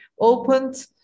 opened